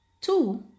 Two